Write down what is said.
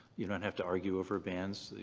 you don't have to argue over bands.